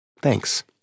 Thanks